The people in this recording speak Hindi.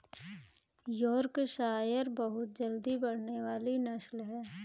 योर्कशायर बहुत जल्दी बढ़ने वाली नस्ल है